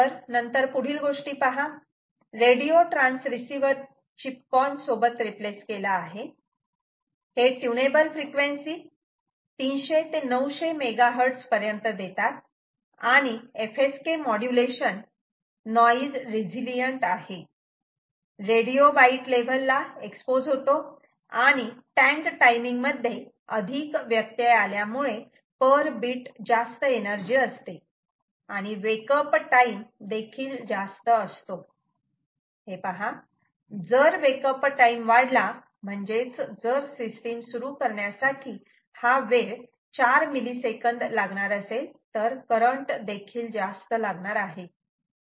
तर नंतर पुढील गोष्टी पहा रेडिओ ट्रान्सरिसिव्हर चीपकॉन CC1000 सोबत रिप्लेस केला आहे हे ट्युनेबल फ्रिक्वेन्सी 300 ते 900 MHz पर्यंत देतात आणि FSK मॉड्युलेशन नॉइज रेझिलिएंट आहे रेडिओ बाईट लेव्हल ला एक्सपोज होतो आणि टँग टाइमिंग मध्ये अधिक व्यत्यय आल्यामुळे पर बीट जास्त एनर्जी असते आणि वेक अप टाईम देखील जास्त असतो हे पहा जर वेक अप टाईम वाढला म्हणजेच जर सिस्टीम सुरू करण्यासाठी हा वेळ 4 मिली सेकंद लागणार असेल तर करंट देखील जास्त लागणार आहे